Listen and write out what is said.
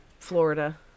Florida